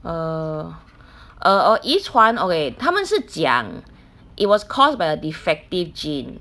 err err or 遗传 okay 他们是讲 it was caused by a defective gene